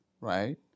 right